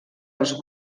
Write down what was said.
els